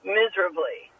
miserably